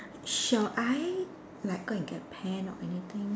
shall I like go and get a pen or anything